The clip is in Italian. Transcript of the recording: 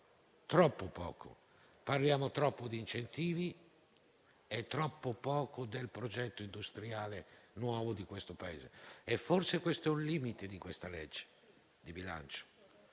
troppo poco. Parliamo troppo di incentivi e troppo poco del nuovo progetto industriale di questo Paese. Forse questo è un limite di questo disegno di legge di bilancio,